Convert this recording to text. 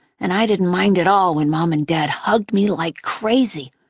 and i didn't mind at all when mom and dad hugged me like crazy,